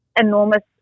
enormous